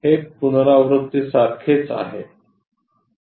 हे पुनरावृत्ती सारखेच आहे